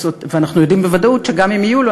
ואנחנו יודעים בוודאות שגם אם יהיו לו,